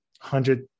Hundred